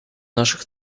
наших